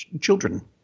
children